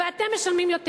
ואתם משלמים יותר.